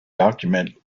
document